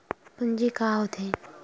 पूंजी का होथे?